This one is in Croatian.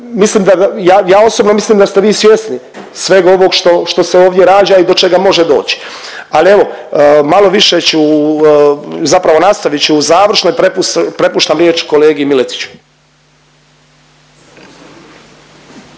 ja osobno mislim da ste vi svjesni sveg ovog što se ovdje rađa i do čega može doći. Ali evo, malo više ću, zapravo nastavit ću u završnoj, prepuštam riječ kolegi Miletiću.